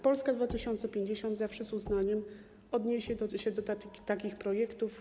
Polska 2050 zawsze z uznaniem odniesie się do takich projektów.